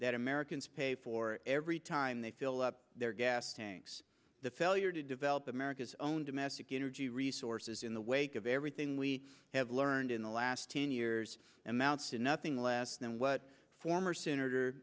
that americans pay for every time they fill up their gas tanks the failure to develop america's own domestic energy resources in the wake of everything we have learned in the last ten years and mounts to nothing less than what former senator